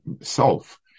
self